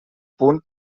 punt